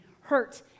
hurt